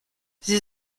sie